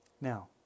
Now